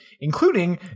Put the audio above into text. including